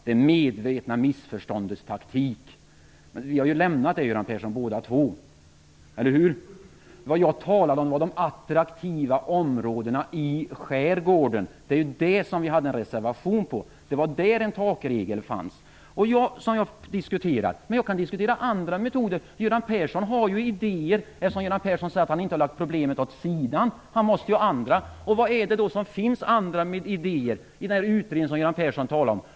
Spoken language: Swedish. Det är det medvetna missförståndets taktik. Men vi har ju båda två lämnat skolpolitiken. Eller hur, Göran Persson? Vad jag talade om var de attraktiva områdena i skärgården. Det var ju om dem som vi hade en reservation. Det var ju den som innehöll förslaget om takregeln, som jag nu diskuterar. Men jag kan diskutera andra metoder. Göran Persson har ju idéer. Eftersom han säger att han inte har lagt problemet åt sidan, så måste han ju ha andra idéer. Vad är det då för andra idéer som finns i den utredning som Göran Persson talar om?